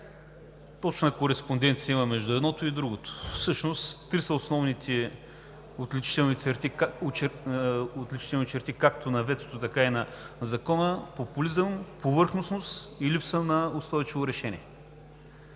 Точна кореспонденция има между едното и другото. Всъщност три са основните отличителни черти както на ветото, така и на Закона: популизъм, повърхностност и липса на устойчиво решение.